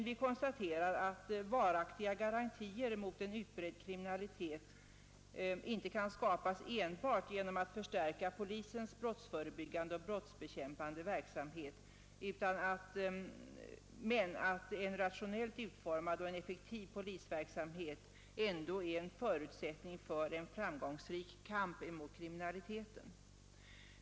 Vi konstaterar emellertid att varaktiga garantier mot en utbredd kriminalitet inte kan skapas enbart genom förstärkning av polisens brottsförebyggande och brottsbekämpande verksamhet men att en rationellt utformad och effektiv polisverksamhet ändå är en förutsättning för en framgångsrik kamp mot kriminaliteten.